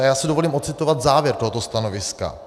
A já si dovolím odcitovat závěr tohoto stanoviska: